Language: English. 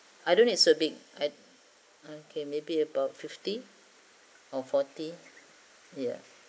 I don't need so big I okay maybe about fifty or forty ya